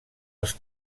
els